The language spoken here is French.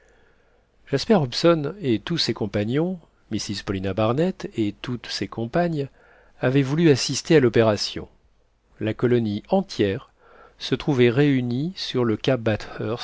jasper hobson et tous ses compagnons mrs paulina barnett et toutes ses compagnes avaient voulu assister à l'opération la colonie entière se trouvait réunie sur le cap